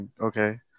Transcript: okay